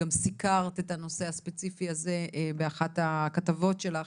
גם סיקרת את הנושא הספציפי הזה באחת מהכתבות שלך